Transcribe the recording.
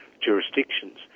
jurisdictions